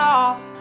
off